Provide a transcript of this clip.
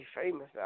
famous